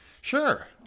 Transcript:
Sure